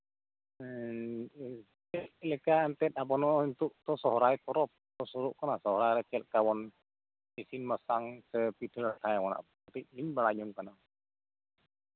ᱩᱸᱻᱟᱨ ᱮᱜ ᱪᱮᱫ ᱞᱮᱠᱟ ᱮᱱᱛᱮᱫ ᱟᱵᱚ ᱱᱚᱜ ᱥᱚᱨᱦᱟᱭ ᱯᱚᱨᱚᱵᱽ ᱥᱩᱨᱩᱜ ᱠᱟᱱᱟ ᱥᱚᱨᱦᱟᱭᱨᱮ ᱪᱮᱫ ᱞᱮᱠᱟ ᱵᱚᱱ ᱤᱥᱤᱱ ᱵᱟᱥᱟᱝᱟ ᱥᱮ ᱯᱤᱴᱷᱟᱹ ᱞᱟᱴᱷᱟᱭᱟ ᱵᱚᱱ ᱚᱱᱟ ᱠᱚ ᱠᱟᱹᱴᱤᱡ ᱞᱤᱧ ᱵᱟᱲᱟᱭ ᱡᱚᱝ ᱠᱟᱱᱟ